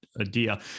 idea